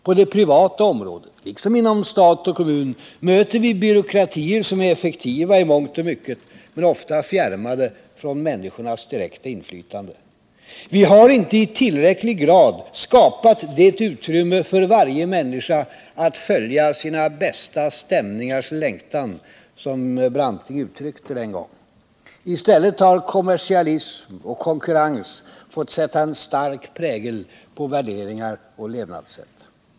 På det privata området, liksom inom stat och kommun, möter vi byråkratier som är effektiva i mångt och mycket men ofta fjärmade från människornas direkta inflytande. Vi har inte i tillräcklig grad skapat det utrymme för varje människa att ”följa sina bästa stämningars längtan”, som Branting en gång uttryckte det. I stället har kommersialismen och konkurrensen fått sätta en stark prägel på värderingar och levnadssätt.